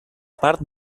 part